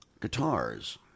guitars